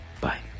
Bye